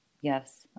Yes